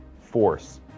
Force